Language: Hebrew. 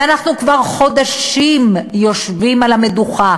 ואנחנו כבר חודשים יושבים על המדוכה